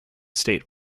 state